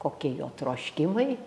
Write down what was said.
kokie jo troškimai